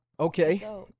okay